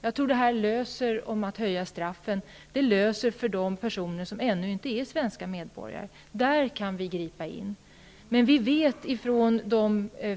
Att höja straffen tror jag innebär en lösning i fråga om de personer som ännu inte är svenska medborgare. Där kan vi gripa in.